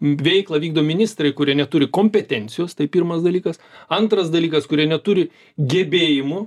veiklą vykdo ministrai kurie neturi kompetencijos tai pirmas dalykas antras dalykas kurie neturi gebėjimų